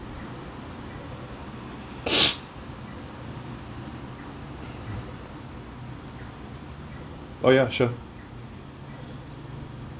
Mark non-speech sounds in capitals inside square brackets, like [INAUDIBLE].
[BREATH] oh ya sure